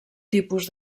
tipus